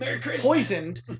poisoned